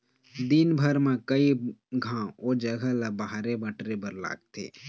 दिनभर म कइ घांव ओ जघा ल बाहरे बटरे बर लागथे